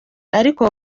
ariko